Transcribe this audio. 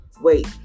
wait